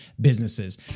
businesses